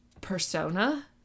persona